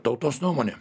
tautos nuomonė